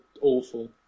awful